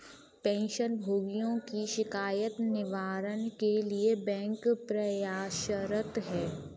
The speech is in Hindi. पेंशन भोगियों की शिकायत निवारण के लिए बैंक प्रयासरत है